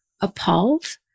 appalled